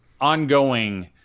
ongoing